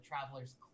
traveler's